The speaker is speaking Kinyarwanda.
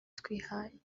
twihaye